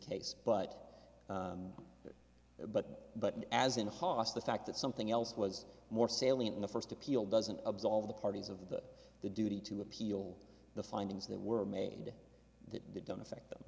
case but but but as in haas the fact that something else was more salient in the first appeal doesn't absolve the parties of that the duty to appeal the findings that were made that don't affect them